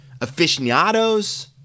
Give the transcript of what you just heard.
aficionados